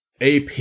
AP